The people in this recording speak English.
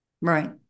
Right